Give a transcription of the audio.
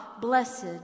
Blessed